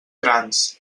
grans